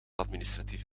administratief